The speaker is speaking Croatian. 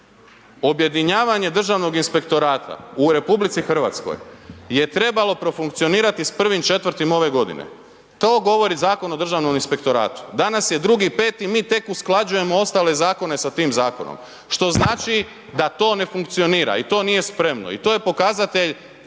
objedinjavanje državnog inspektorata u RH je trebalo profunkcionirati sa 1.4. ove godine, to govori Zakon o Državnom inspektoratu. Danas je 2.5. mi tek usklađujemo ostale zakone sa tim zakonom što znači da to ne funkcionira i to nije spremno i to je pokazatelj